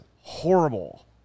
horrible